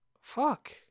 fuck